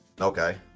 Okay